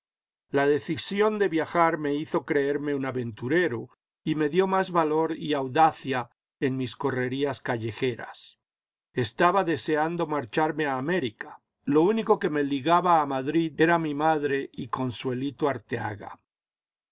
la decisión de viajar me hizo creerme un aventurero y me dio más valor y audacia en mis correrías callejeras estaba deseando marcharme a américa lo único que me ligaba a madrid era mi madre y consuelito arteaga